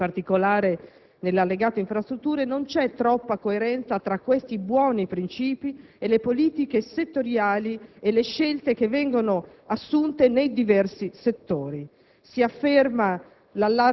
e in particolare nell'allegato sulle infrastrutture, non vi è troppa coerenza tra questi buoni princìpi e le politiche settoriali e le scelte assunte nei diversi settori. Si afferma